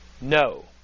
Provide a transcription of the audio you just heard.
No